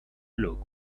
look